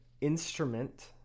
instrument